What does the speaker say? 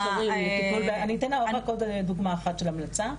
אני אתן רק עוד דוגמה אחת של המלצה.